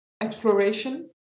exploration